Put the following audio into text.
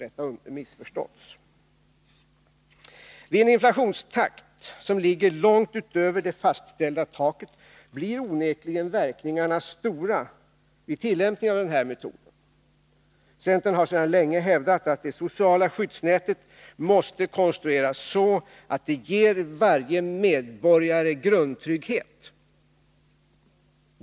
Vid en inflationstakt som ligger långt över det fastställda taket blir onekligen verkningarna stora vid tillämpningen av den här metoden. Centern har sedan länge hävdat att det sociala skyddsnätet måste konstrueras så, att det ger varje medborgare grundtrygghet.